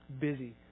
busy